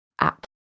app